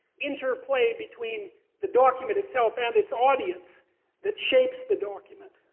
interplay between the document itself and its audience that shapes the document.